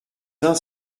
uns